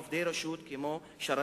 וגם פיטוריהם של עובדי רשות כמו שרתים,